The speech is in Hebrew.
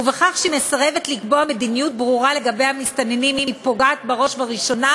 ובכך שהיא מסרבת לקבוע מדיניות ברורה לגבי המסתננים היא פוגעת בראש ובראשונה